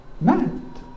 mad